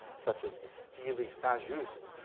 such as the steely saint-just,